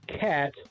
cat